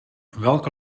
welke